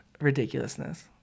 ridiculousness